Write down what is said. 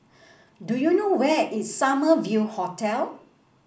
do you know where is Summer View Hotel